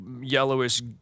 yellowish